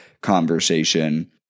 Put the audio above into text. conversation